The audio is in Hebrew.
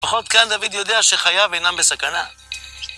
לפחות כאן דוד יודע שחייו אינם בסכנה.